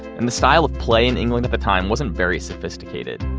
and the style of play in england at the time wasn't very sophisticated.